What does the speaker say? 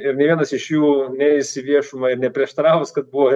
ir nė vienas iš jų neis į viešumą ir neprieštaraus kad buvo